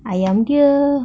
ayam dia